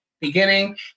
beginning